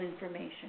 information